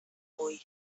avui